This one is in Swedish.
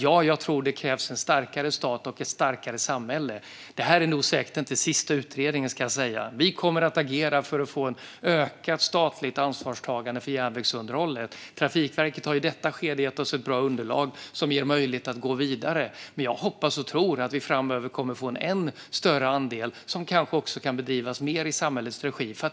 Ja, jag tror att det krävs en starkare stat och ett starkare samhälle. Det här är säkert inte den sista utredningen. Men vi kommer att agera för att få ett ökat statligt ansvarstagande för järnvägsunderhållet. Trafikverket har i detta skede gett oss ett bra underlag som ger oss möjlighet att gå vidare. Jag hoppas och tror att vi framöver kommer att få en än större andel som kanske kan bedrivas mer i samhällets regi.